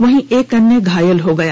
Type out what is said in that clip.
वहीं एक अन्य घायल हो गए